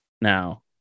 now